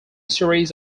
series